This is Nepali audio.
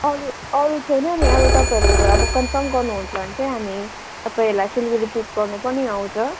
अरू अरू छैन नि अब तपाईँहरू अब कन्फर्म गर्नु हुन्छ भने चाहिँ हामी तपाईँहरूलाई सिलगढी पिक गर्नु पनि आउँछ